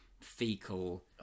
fecal